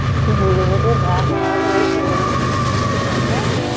keep moving with your breath all the way through to center.